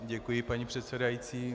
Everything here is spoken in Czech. Děkuji, paní předsedající.